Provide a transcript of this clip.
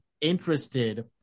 interested